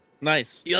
Nice